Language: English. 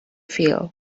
feel